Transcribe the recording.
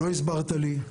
לא הסברת לי,